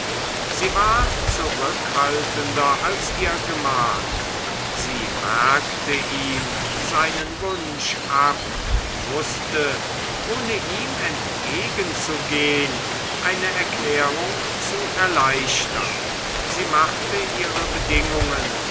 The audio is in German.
sie war zurückhaltender als ihr gemahl sie merkte ihm seinen wunsch ab und wußte ohne ihm entgegenzugehn eine erklärung zu erleichtern sie machte ihre bedingungen